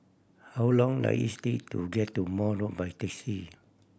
how long does is take to get to Maude Road by taxi